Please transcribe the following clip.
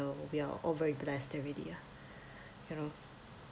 we are all very blessed already ya you know